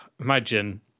imagine